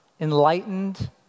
enlightened